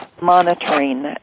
monitoring